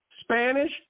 Spanish